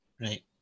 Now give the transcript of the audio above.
Right